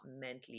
mentally